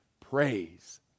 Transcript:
praise